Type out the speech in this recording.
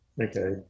okay